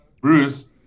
Bruce